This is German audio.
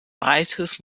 breites